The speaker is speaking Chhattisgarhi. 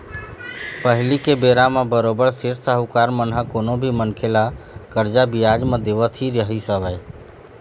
पहिली के बेरा म बरोबर सेठ साहूकार मन ह कोनो भी मनखे ल करजा बियाज म देवत ही रहिस हवय